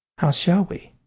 how shall we?